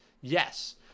Yes